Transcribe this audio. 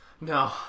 No